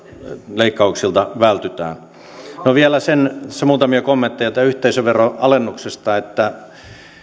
leikkauksilta vältytään vielä muutamia kommentteja tämän yhteisöveron alennuksesta